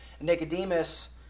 Nicodemus